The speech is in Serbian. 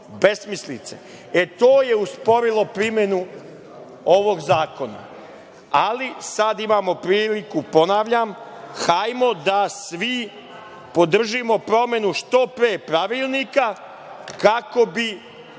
Besmislice. To je usporilo primenu ovog zakona, ali sada imamo priliku, ponavljam, hajmo da svi podržimo promenu što pre Pravilnika kako bi